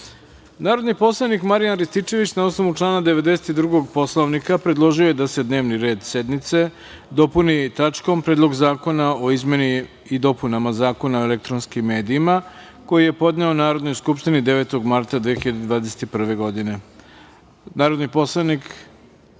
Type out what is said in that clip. predlog. Narodni poslanik Marijan Rističević, na osnovu člana 92. Poslovnika, predložio je da se dnevni red sednice dopuni tačkom - Predlog zakona o izmeni i dopunama Zakona o elektronskim medijima, koji je podneo Narodnoj skupštini 9. marta 2021. godine. Reč